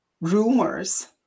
rumors